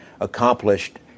accomplished